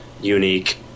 unique